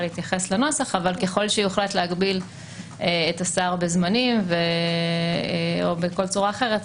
להתייחס לנוסח אבל ככול שיוחלט להגביל את השר בזמנים או בכול צורה אחרת,